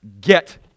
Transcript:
Get